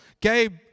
Gabe